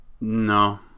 No